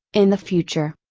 in the future.